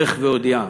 לך והודיעם".